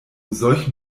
solchen